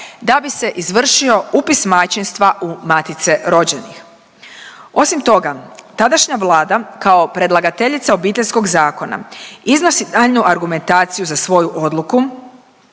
da bi se izvršio upis majčinstva u matice rođenih. Osim toga, tadašnja vlada kao predlagateljica obiteljskog zakona iznosi daljnju argumentaciju za svoju odluku